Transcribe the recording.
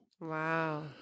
Wow